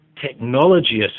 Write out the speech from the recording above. Technology